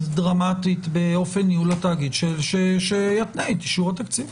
דרמטית באופן ניהול התאגיד - שיתנה את אישור התקציב.